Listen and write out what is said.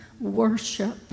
worship